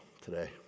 today